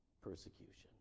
persecution